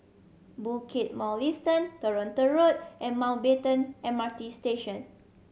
Bukit Mugliston Toronto Road and Mountbatten M R T Station